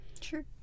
Sure